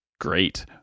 great